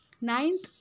Ninth